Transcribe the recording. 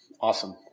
Awesome